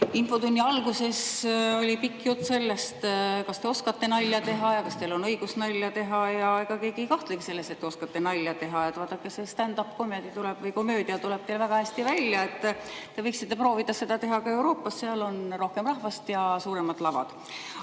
Infotunni alguses oli pikk jutt sellest, kas te oskate nalja teha ja kas teil on õigus nalja teha. Ega keegi ei kahtlegi selles, et te oskate nalja teha. Vaadake, seestand-up-komöödia tuleb teil väga hästi välja. Te võiksite proovida seda teha ka Euroopas, seal on rohkem rahvast ja suuremad lavad.